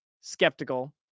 skeptical